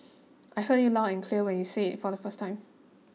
I heard you loud and clear when you said it for the first time